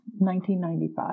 1995